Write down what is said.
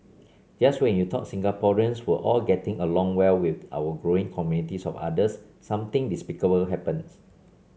just when you thought Singaporeans were all getting along well with our growing communities of otters something despicable happens